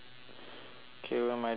K where are my jigsaw